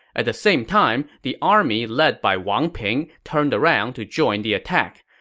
at the same time, the army led by wang ping turned around to join the attack.